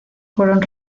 fueron